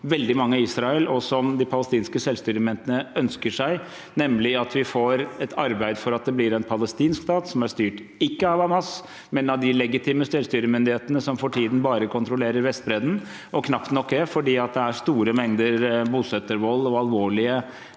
veldig mange i Israel og som de palestinske selvstyremyndighetene ønsker seg, nemlig at vi får et arbeid for at det blir en palestinsk stat som ikke er styrt av Hamas, men av de legitime selvstyremyndighetene, som for tiden bare kontrollerer Vestbredden og knapt nok det fordi det er store mengder bosettervold og alvorlige